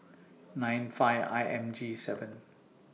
nine five I M G seven